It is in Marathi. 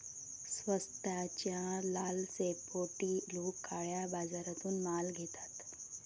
स्वस्ताच्या लालसेपोटी लोक काळ्या बाजारातून माल घेतात